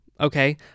Okay